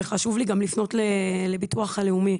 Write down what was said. וחשוב לי גם לפנות לביטוח הלאומי,